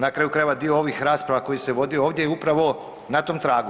Na kraju krajeva dio ovih rasprava koji se vodio ovdje je upravo na tom tragu.